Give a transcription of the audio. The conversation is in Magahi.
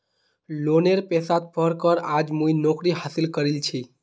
लोनेर पैसात पढ़ कर आज मुई नौकरी हासिल करील छि